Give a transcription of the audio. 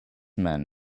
men